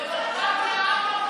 בבקשה.